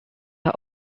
are